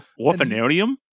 Orphanarium